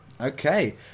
Okay